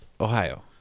Ohio